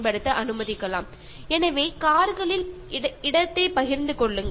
ഒരാളിനു വേണ്ടി ഒരു കാർ ഉപയോഗിക്കാതിരിക്കുക